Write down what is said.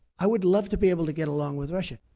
i would love to be able to get along with russia.